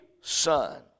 son